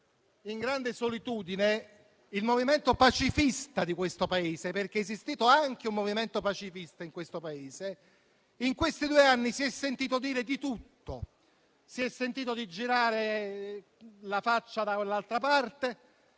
in grande solitudine, il movimento pacifista di questo Paese - perché è esistito anche un movimento pacifista in questo Paese - in questi due anni si è sentito dire di tutto. Si è sentito dire di girare la faccia dall'altra parte.